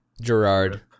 Gerard